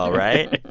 right?